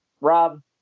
Rob